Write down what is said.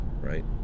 right